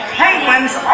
penguins